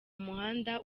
muhanda